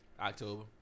October